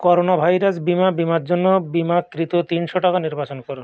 corona virus বিমা বিমার জন্য বিমাকৃত তিনশো টাকা নির্বাচন করুন